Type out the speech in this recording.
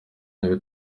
ibintu